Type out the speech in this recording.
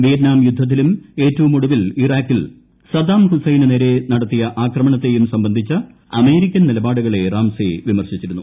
Vietnam യുദ്ധത്തിലും ഏറ്റവും ഒടുവിൽ ഇറാഖിൽ സദ്ദാം ഹുസ്സൈനു നേരെ നടത്തിയ ആക്രമണത്തേയും സംബന്ധിച്ച അമേരിക്കൻ നിലപാടുകളെ റാംസേ വിമർശിച്ചിരുന്നു